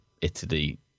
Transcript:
Italy